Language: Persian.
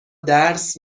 درس